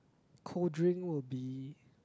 cold drink will be